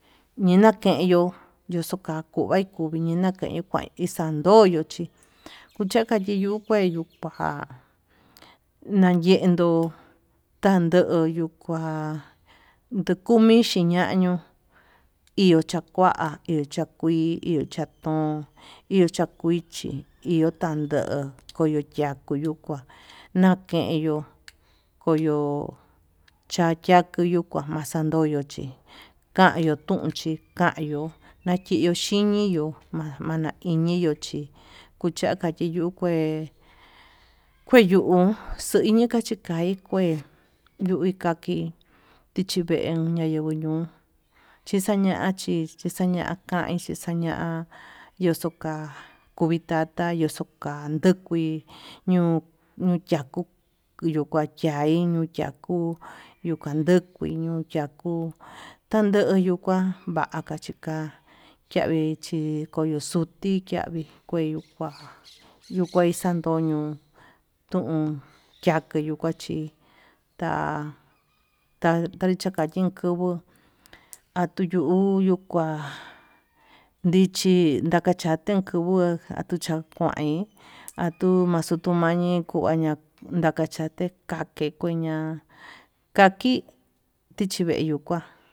Ñinakenyu yuxu kakuvi kani keni xandoyo, achi kuchakua chi yuu kuyu kua nayendo kandoyo kua ndukumi xhiñañu iho chakua iho chakuii chatón iho cha kuichi iho tando'o koyuya kuu yuu kua nakenyu koyo chakien keyuu, kua maxandoyo chi kua yuu tunchi kayuu nakeyuu xhiniyo umana iniyo chí kuchacha chi yuu kue kueyuun xuu iñi kachi kai kué yuui kaki ñachivee ñayenguo ñuu, chixaña chi chixaña kaí kaña yoxo ka'a kuvii tata yuxuu ka'a yakuii ñoo yako yuu kua ñai ñuu yako, yuu kandeki ñuu yako tandeyu kua vaka chika chavichi koyo xutikia kueyuu kua yuu kuei xandonió, ton yakii yuu kua chi ta tayichaka yin kubuu atuu yuu yuu kua ndichi ndakachen kuvuu atuu xakuain atuu maxa kuu ñañi kuaña ndakachate ka'a kekueña kaki tichi veyuu kua.